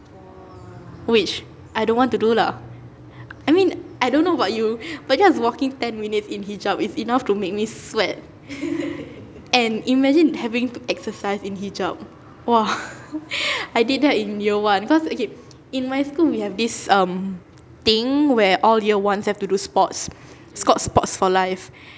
which I don't want to do lah I mean I don't know about you but just walking ten minutes in hijab is enough to make me sweat and imagine having to exercise in hijab !wah! I did that in year one because okay in my school we have this um thing where all year ones have to do sports it's called sports for life